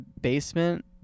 basement